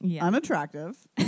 unattractive